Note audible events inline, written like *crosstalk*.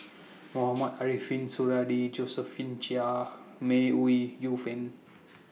*noise* Mohamed Ariffin Suradi Josephine Chia May Ooi Yu Fen